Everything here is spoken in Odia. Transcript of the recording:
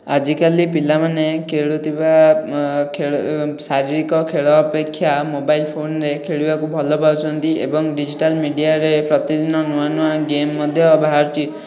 ଆଜିକାଲି ପିଲାମାନେ ଖେଳୁଥିବା ଶାରୀରିକ ଖେଳ ଅପେକ୍ଷା ମୋବାଇଲ ଫୋନରେ ଖେଳିବାକୁ ଭଲପାଉଛନ୍ତି ଏବଂ ଡିଜିଟାଲ ମିଡ଼ିଆରେ ପ୍ରତିଦିନ ନୂଆ ନୂଆ ଗେମ୍ ମଧ୍ୟ ବାହାରୁଛି